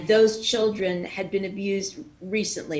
אותם ילדים עברו התעללות לאחרונה,